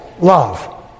love